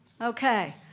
Okay